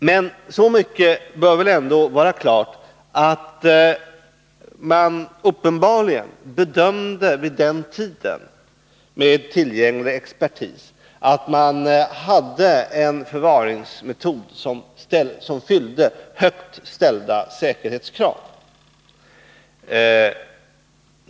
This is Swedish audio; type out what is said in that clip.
Men så mycket bör väl ändå vara klart som att man vid den tiden med tillgänglig expertis uppenbarligen gjorde bedömningen att man hade en förvaringsmetod som fyllde högt ställda säkerhetskrav.